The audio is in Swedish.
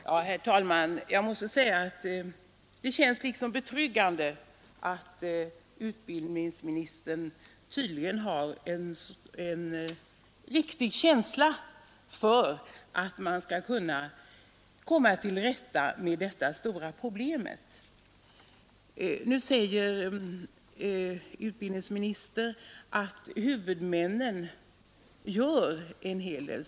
Herr talman! Jag måste säga att det känns betryggande att utbildningsministern tydligen har känsla för vikten av att komma till rätta med detta stora problem. Utbildningsministern säger att huvudmännen gör en hel del.